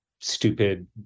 stupid